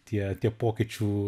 tie tie pokyčių